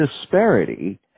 disparity